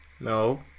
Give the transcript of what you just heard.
No